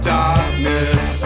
darkness